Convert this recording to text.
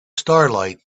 starlight